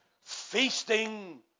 Feasting